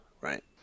right